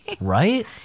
right